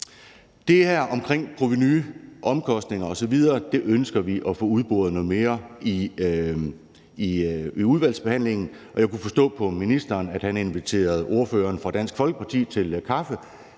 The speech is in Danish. Det her omkring provenu, omkostninger osv. ønsker vi at få udboret noget mere i udvalgsbehandlingen, og jeg kunne forstå på ministeren, at han inviterede ordføreren for Dansk Folkeparti til kaffe;